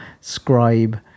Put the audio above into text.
scribe